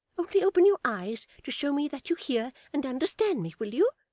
only open your eyes to show me that you hear and understand me will you?